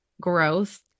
growth